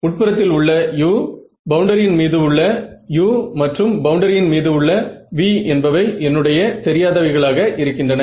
உட்புறத்தில் உள்ள u பவுண்டரியின் மீது உள்ள u மற்றும் பவுண்டரியின் மீது உள்ள v என்பவை என்னுடைய தெரியாதவைகளாக இருக்கின்றன